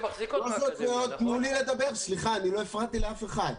--- תנו לי לדבר, סליחה, אני לא הפרעתי לאף אחד.